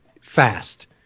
fast